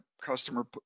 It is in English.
customer